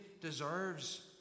deserves